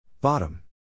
Bottom